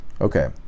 Okay